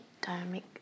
dynamic